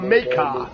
Maker